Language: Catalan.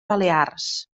balears